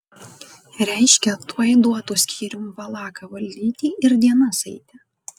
reiškia tuoj duotų skyrium valaką valdyti ir dienas eiti